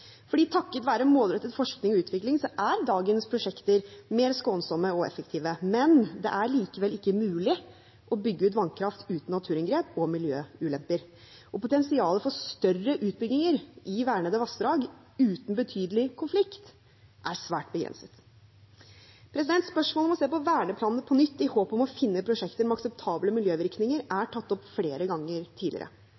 takket være målrettet forskning og utvikling er dagens prosjekter mer skånsomme og effektive. Det er likevel ikke mulig å bygge ut vannkraft uten naturinngrep og miljøulemper. Potensialet for større utbygginger i vernede vassdrag uten betydelig konflikt er svært begrenset. Spørsmålet om å se på verneplanene på nytt i håp om å finne prosjekter med akseptable miljøvirkninger er